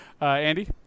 Andy